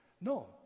no